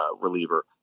reliever